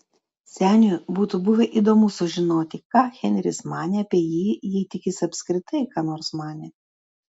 seniui būtų buvę įdomu sužinoti ką henris manė apie jį jei tik jis apskritai ką nors manė